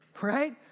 right